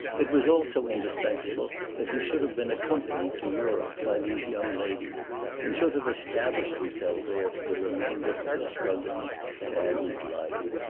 it was also indispensable that he should have been accompanied to europe by these young ladies and should have established himself there for the remainder of a struggling, saddened life.